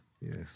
Yes